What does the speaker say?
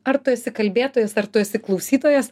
ar tu esi kalbėtojas ar tu esi klausytojas